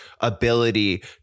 ability